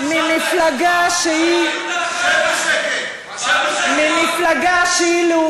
שהם לא פושטים מעליהם כשהם לובשים